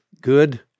good